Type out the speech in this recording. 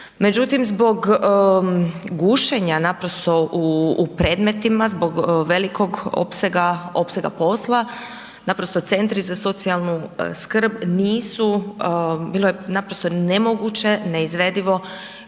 međutim zbog gušenja naprosto u predmetnima, zbog velikog opsega posla, naprosto centri za socijalnu skrb nisu, naprosto nemoguće, neizvedivo